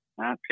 okay